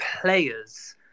players